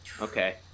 Okay